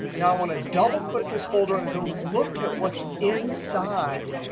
now, i want to double click this folder, and go look at what's inside.